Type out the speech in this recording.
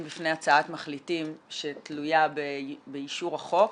בפני הצעת מחליטים שתלויה באישור החוק.